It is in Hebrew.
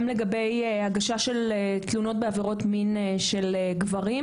לגבי הגשה של תלונות בעבירות מין של גברים,